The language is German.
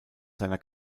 seiner